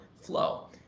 flow